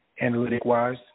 analytic-wise